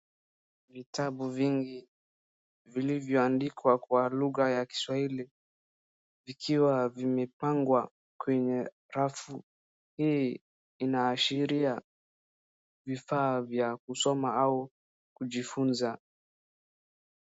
Vitabu vingi vilivyoandikwa kwa lugha ya kiswahili vikiwa vimepangwa kwenye rafu hii inaashiria vifaa vya kusoma au kujifunza.